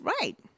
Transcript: right